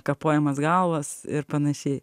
kapojamas galvas ir panašiai